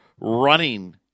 running